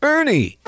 Ernie